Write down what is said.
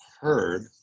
heard